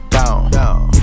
down